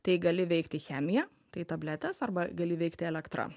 tai gali veikti chemija tai tabletes arba gali veikti elektra